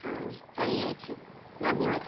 ಹಾಂ ಸರಿ ಆಯಿತು ಧನ್ಯವಾದ